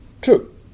True